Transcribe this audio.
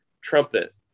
trumpet